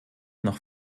noch